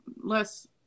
less